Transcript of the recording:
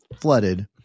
flooded